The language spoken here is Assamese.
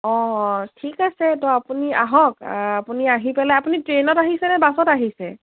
অঁ অঁ ঠিক আছে ত' আপুনি আহক আপুনি আহি পেলাই আপুনি ট্ৰেইনত আহিছে নে বাছত আহিছে